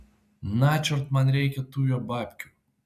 načiort man reikia tų jo babkių